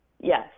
Yes